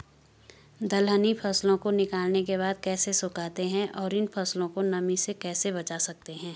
दलहनी फसलों को निकालने के बाद कैसे सुखाते हैं और इन फसलों को नमी से कैसे बचा सकते हैं?